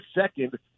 second